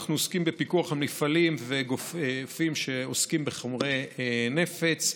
אנחנו עוסקים בפיקוח על מפעלים וגופים שעוסקים בחומרי נפץ.